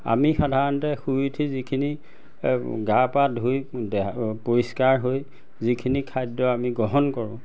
আমি সাধাৰণতে শুই উঠি গা পা ধুই দেহ পৰিষ্কাৰ কৰি যিখিনি খাদ্য আমি গ্ৰহণ কৰোঁ